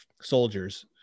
soldiers